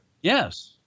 Yes